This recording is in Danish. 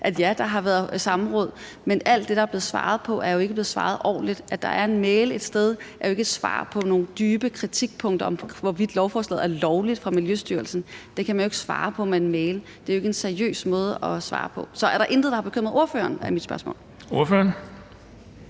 at ja, der har været samråd – men alt det, der er blevet svaret på, er der jo ikke blevet svaret ordentligt på. At der er en mail et sted fra Miljøstyrelsen om, hvorvidt lovforslaget er lovligt, er jo ikke et svar på nogle dybe kritikpunkter. Det kan man jo ikke svare på i en mail. Det er jo ikke en seriøs måde at svare på. Så er der intet, der har bekymret ordføreren? er mit spørgsmål. Kl.